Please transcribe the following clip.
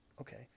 Okay